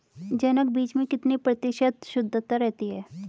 जनक बीज में कितने प्रतिशत शुद्धता रहती है?